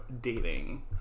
dating